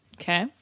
Okay